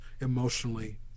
emotionally